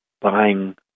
buying